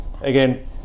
again